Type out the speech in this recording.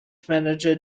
manager